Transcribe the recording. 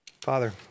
Father